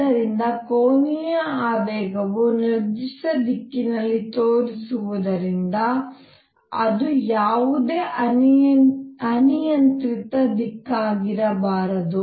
ಆದ್ದರಿಂದ ಕೋನೀಯ ಆವೇಗವು ನಿರ್ದಿಷ್ಟ ದಿಕ್ಕಿನಲ್ಲಿ ತೋರಿಸುವು ದರಿಂದ ಅದು ಯಾವುದೇ ಅನಿಯಂತ್ರಿತ ದಿಕ್ಕಾಗಿರಬಾರದು